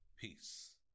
Peace